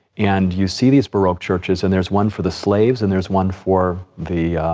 and you see these baroque churches, and there's one for the slaves, and there's one for the,